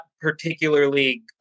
particularly